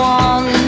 one